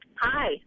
Hi